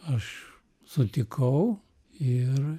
aš sutikau ir